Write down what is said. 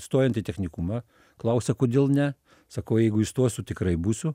stojant į technikumą klausia kodėl ne sakau jeigu įstosiu tikrai būsiu